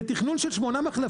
זה תכנון של שמונה מחלפים.